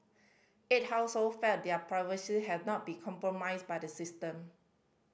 eight household felt their privacy have not become compromised by the system